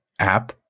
App